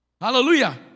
Hallelujah